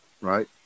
Right